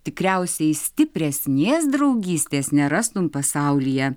tikriausiai stipresnės draugystės nerastum pasaulyje